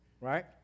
right